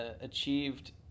achieved